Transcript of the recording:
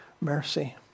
mercy